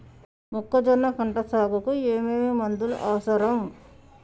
మొక్కజొన్న పంట సాగుకు ఏమేమి మందులు అవసరం?